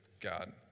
God